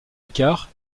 écart